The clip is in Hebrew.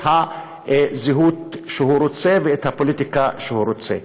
את הזהות שהוא רוצה ואת הפוליטיקה שהוא רוצה.